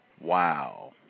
Wow